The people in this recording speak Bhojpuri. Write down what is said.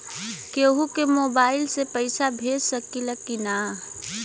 केहू के मोवाईल से भी पैसा भेज सकीला की ना?